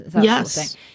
Yes